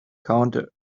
counter